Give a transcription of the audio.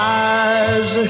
eyes